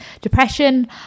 depression